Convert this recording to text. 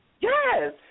Yes